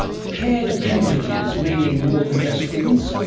paired appendages, meaning more than just fins?